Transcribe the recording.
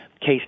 case